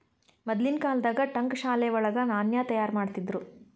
ಮದ್ಲಿನ್ ಕಾಲ್ದಾಗ ಠಂಕಶಾಲೆ ವಳಗ ನಾಣ್ಯ ತಯಾರಿಮಾಡ್ತಿದ್ರು